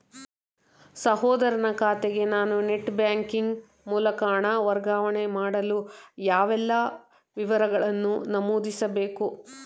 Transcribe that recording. ಸಹೋದರನ ಖಾತೆಗೆ ನಾನು ನೆಟ್ ಬ್ಯಾಂಕಿನ ಮೂಲಕ ಹಣ ವರ್ಗಾವಣೆ ಮಾಡಲು ಯಾವೆಲ್ಲ ವಿವರಗಳನ್ನು ನಮೂದಿಸಬೇಕು?